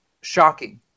shocking